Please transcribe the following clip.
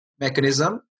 mechanism